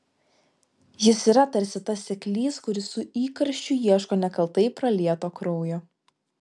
jis yra tarsi tas seklys kuris su įkarščiu ieško nekaltai pralieto kraujo